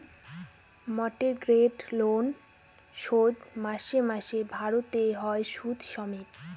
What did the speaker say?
mortgage loan শোধ মাসে মাসে ভারতে হয় সুদ সমেত